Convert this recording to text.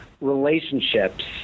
relationships